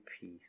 peace